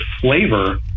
flavor